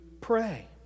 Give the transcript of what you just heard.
pray